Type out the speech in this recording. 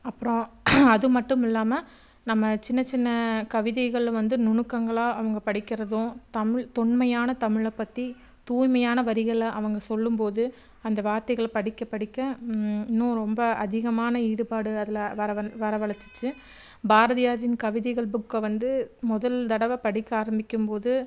அப்புறம் அது மட்டும் இல்லாமல் நம்ம சின்ன சின்ன கவிதைகளில் வந்து நுணுக்கங்களாக அவங்க படிக்கிறதும் தமிழ் தொன்மையான தமிழை பற்றி தூய்மையான வரிகளை அவங்க சொல்லும்போது அந்த வார்த்தைகளை படிக்க படிக்க இன்னும் ரொம்ப அதிகமான ஈடுபாடு அதில் வர வந் வர வழைச்சிச்சி பாரதியாரின் கவிதைகள் புக்கை வந்து முதல் தடவை படிக்க ஆரம்பிக்கும்போது